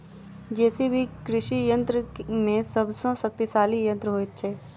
JCB कृषि यंत्र मे सभ सॅ शक्तिशाली यंत्र होइत छै